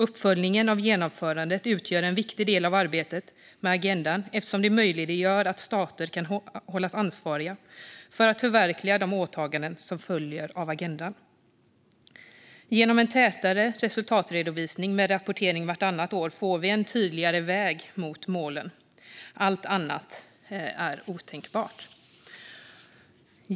Uppföljningen av genomförandet utgör en viktig del av arbetet med Agenda 2030, eftersom den möjliggör att stater kan hållas ansvariga för att förverkliga de åtaganden som följer av agendan. Genom en tätare resultatredovisning med rapportering vartannat år får vi en tydligare väg mot måluppfyllelsen. Allt annat är otänkbart.